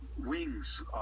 Wings